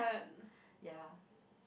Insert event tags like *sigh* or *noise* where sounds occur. *breath* ya